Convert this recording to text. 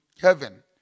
heaven